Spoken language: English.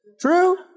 True